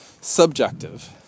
subjective